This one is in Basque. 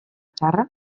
txarra